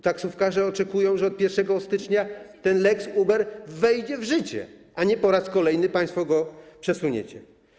Taksówkarze oczekują, że od 1 stycznia lex Uber wejdzie w życie, a nie po raz kolejny państwo to przesuniecie.